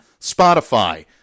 Spotify